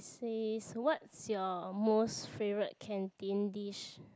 says what's your most favourite canteen dish